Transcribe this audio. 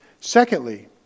Secondly